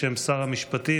בשם שר המשפטים,